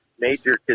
major